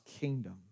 kingdom